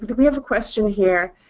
we have a question here.